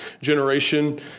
generation